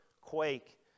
quake